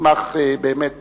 מסמך באמת